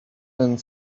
and